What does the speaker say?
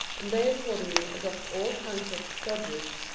and they accordingly adopt all kinds of dodges,